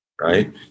Right